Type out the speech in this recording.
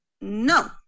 No